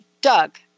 Doug